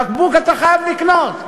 בקבוק אתה חייב לקנות.